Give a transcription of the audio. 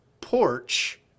porch